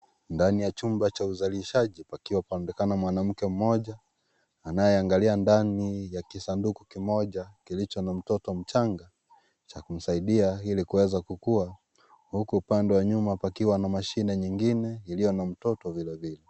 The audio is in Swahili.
Ndani ya chumba cha uzalishaji, pakiwa paonekana mwanamke mmoja, anayeangalia ndani ya kisanduku kimoja kilicho na mtoto mchanga, cha kumsaidia ili kuweza kukua. Huku upande wa nyuma, pakiwa na mashine nyingine iliyo na mtoto vile vile.